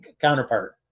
counterpart